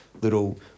little